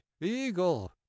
eagle